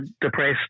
depressed